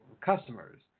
customers